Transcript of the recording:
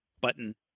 button